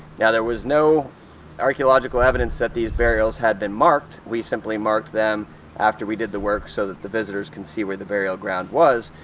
now, there was no archaeological evidence that these burials had been marked. we simply marked them after we did the work so that the visitors can see where the burial ground was.